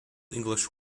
english